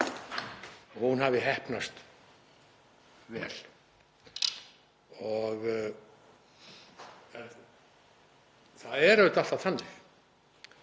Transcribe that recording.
og hún hafi heppnast vel. Það er auðvitað alltaf þannig